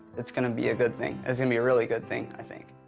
it's gonna be a good thing. it's gonna be a really good thing, i think,